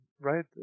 right